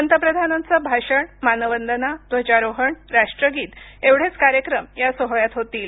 पंतप्रधानांचं भाषण मानवंदना ध्वजारोहण राष्ट्रगीत एवढेच कार्यक्रम या सोहळ्यात होतील